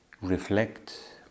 reflect